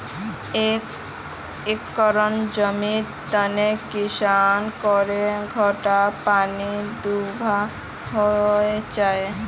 एक एकर जमीन नोत कुंसम करे घंटा पानी दुबा होचए?